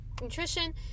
nutrition